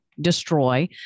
destroy